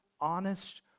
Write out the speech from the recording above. honest